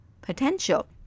potential